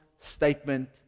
statement